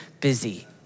busy